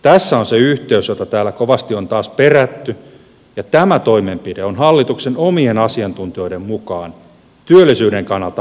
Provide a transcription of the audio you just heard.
tässä on se yhteys jota täällä kovasti on taas perätty ja tämä toimenpide on hallituksen omien asiantuntijoiden mukaan työllisyyden kannalta parempi vaihtoehto